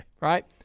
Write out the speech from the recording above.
Right